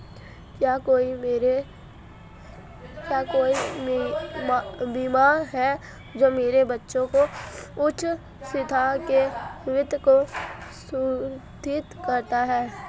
क्या कोई बीमा है जो मेरे बच्चों की उच्च शिक्षा के वित्त को सुरक्षित करता है?